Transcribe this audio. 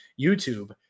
YouTube